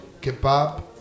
kebab